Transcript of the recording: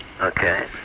Okay